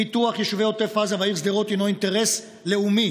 פיתוח יישובי עוטף עזה והעיר שדרות הינו אינטרס לאומי,